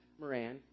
Moran